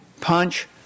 punch